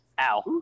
Ow